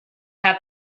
had